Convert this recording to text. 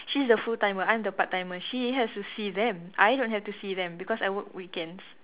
she's the full timer I'm the part timer she has to see them I don't have to see them because I work weekends